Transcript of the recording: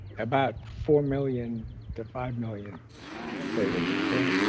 about four million to five million favorable, correct?